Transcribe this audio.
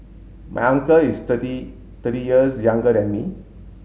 my uncle is thirty thirty years younger than me